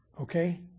Okay